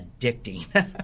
addicting